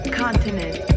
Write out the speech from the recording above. continent